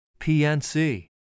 PNC